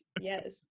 yes